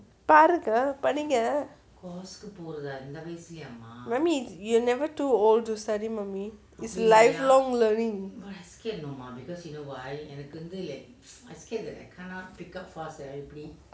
பாருங்க படிங்க:paarunga padinga mummy you are never too old to study mummy is lifelong learning